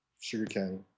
sugarcane